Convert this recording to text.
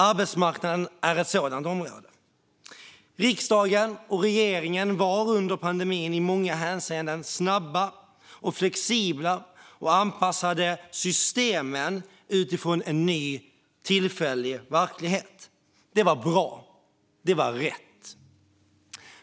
Arbetsmarknaden är ett sådant område. Riksdagen och regeringen var under pandemin i många hänseende snabba och flexibla och anpassade systemen utifrån en ny, tillfällig verklighet. Det var bra. Det var rätt.